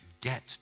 get